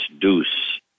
deuce